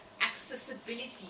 accessibility